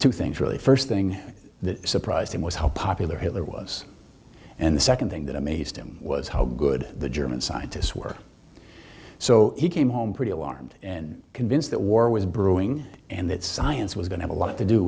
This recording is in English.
two things really first thing that surprised him was how popular hitler was and the second thing that amazed him was how good the german scientists were so he came home pretty alarmed and convinced that war was brewing and that science was going to be a lot to do